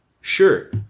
Sure